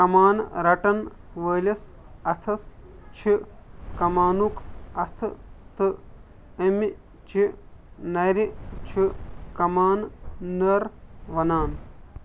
کمان رٹن وٲلِس اَتھس چھِ کمانُک اَتھٕ تہٕ اَمہِ چہِ نرِ چھِ کمان نٔر ونان